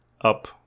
up